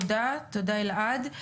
תודה אלעד.